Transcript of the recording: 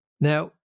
Now